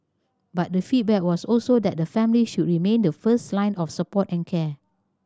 but the feedback was also that the family should remain the first line of support and care